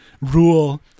rule